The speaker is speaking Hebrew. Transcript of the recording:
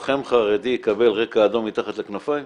שלוחם חרדי יקבל רקע אדום מתחת לכנפיים?